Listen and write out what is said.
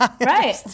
Right